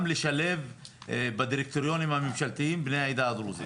לשלב בדירקטוריונים הממשלתיים בני העדה הדרוזית.